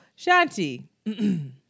Shanti